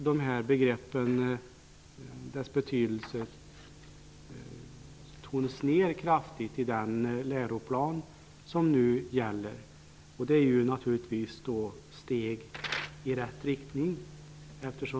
Dessa begrepps betydelse har tonats ned kraftigt i den läroplan som nu gäller, och det är ett steg i rätt riktning.